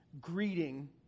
greeting